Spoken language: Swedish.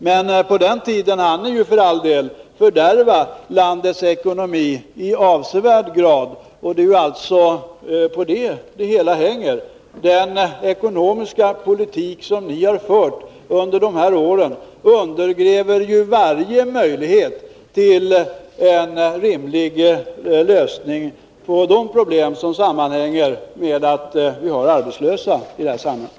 Men på den tiden hann ni för all del fördärva landets ekonomi i avsevärd grad, och det är alltså på det som det hela hänger. Den ekonomiska politik som ni har fört under de här åren undergräver varje möjlighet till en rimlig lösning på de problem som sammanhänger med att vi har arbetslösa i detta samhälle.